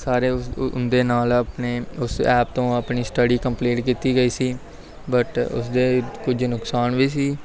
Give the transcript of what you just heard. ਸਾਰੇ ਉਸ ਉਹਨਾਂ ਦੇ ਨਾਲ ਆਪਣੇ ਉਸ ਐਪ ਤੋਂ ਆਪਣੀ ਸਟੱਡੀ ਕੰਪਲੀਟ ਕੀਤੀ ਗਈ ਸੀ ਬਟ ਉਸ ਦੇ ਕੁਝ ਨੁਕਸਾਨ ਵੀ ਸੀ